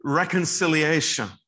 reconciliation